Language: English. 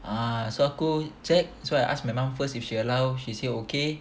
ah so aku so I ask my mum first if she allow she say okay